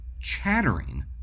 chattering